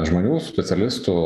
žmonių specialistų